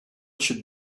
should